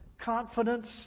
confidence